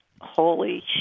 holy